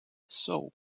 seoul